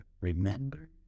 remember